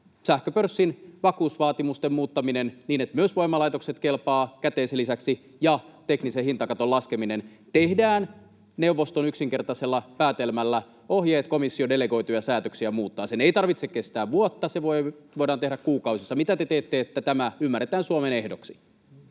sähköpörssin vakuusvaatimusten muuttaminen niin, että myös voimalaitokset kelpaavat käteisen lisäksi, ja teknisen hintakaton laskeminen? Tehdään neuvoston yksinkertaisella päätelmällä ohjeet muuttaa komission delegoituja säädöksiä. Sen ei tarvitse kestää vuotta, se voidaan tehdä kuukausissa. Mitä te teette, että tämä ymmärretään Suomen ehdoksi?